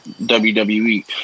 WWE